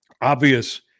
obvious